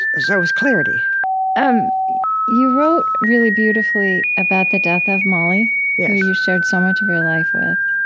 so it was clarity um you wrote really beautifully about the death of molly, yeah who you shared so much of your life with.